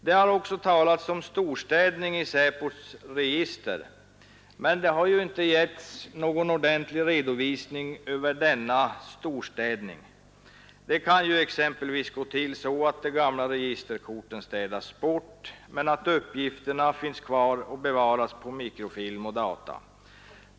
Det har också talats om en storstädning i SÄPO:s register, men man har inte gett någon ordentlig redovisning över denna ”storstädning”. Det kan ju exempelvis gå till så att de gamla registerkorten städas bort, men att uppgifterna finns kvar och bevaras på mikrofilm eller data.